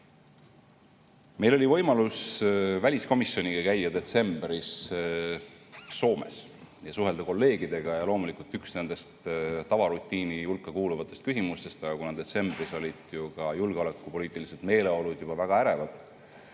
Meil oli võimalus väliskomisjoniga käia detsembris Soomes ja suhelda kolleegidega. Ja loomulikult üks nendest tavarutiini hulka kuuluvatest küsimustest, kuna detsembris olid ju ka julgeolekupoliitiliselt meeleolud väga ärevad,